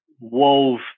wove